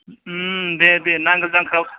दे दे नांगाल जांख्राआव